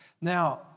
Now